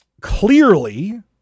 clearly